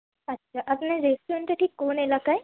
আচ্ছা আপনার রেস্টুরেন্টটা ঠিক কোন এলাকায়